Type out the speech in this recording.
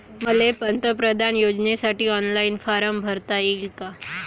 मले पंतप्रधान योजनेसाठी ऑनलाईन फारम भरता येईन का?